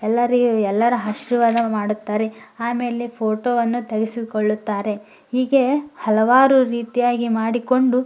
ಎಲ್ಲರಿಗೂ ಎಲ್ಲರು ಆಶೀರ್ವಾದ ಮಾಡುತ್ತಾರೆ ಆಮೇಲೆ ಫೋಟೋವನ್ನು ತೆಗೆಸಿಕೊಳ್ಳುತ್ತಾರೆ ಹೀಗೆ ಹಲವಾರು ರೀತಿಯಾಗಿ ಮಾಡಿಕೊಂಡು